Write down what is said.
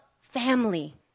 family